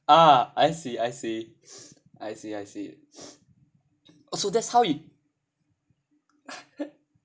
ah I see I see I see I see so that's how he